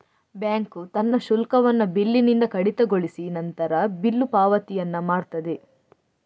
bank ತನ್ನ ಶುಲ್ಕವನ್ನ ಬಿಲ್ಲಿನಿಂದ ಕಡಿತಗೊಳಿಸಿ ನಂತರ ಬಿಲ್ಲು ಪಾವತಿಯನ್ನ ಮಾಡ್ತದೆ